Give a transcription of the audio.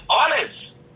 honest